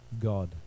God